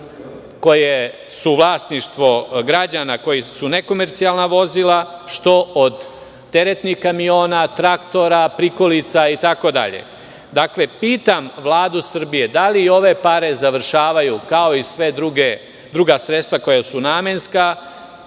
koje su vlasništvo građana, koji su nekomercijalna vozila, što od teretnih kamiona, traktora, prikolica itd? Pitam Vladu Srbije – da li ove pare završavaju kao i sva druga sredstva koja su namenska